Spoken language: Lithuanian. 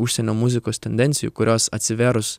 užsienio muzikos tendencijų kurios atsivėrus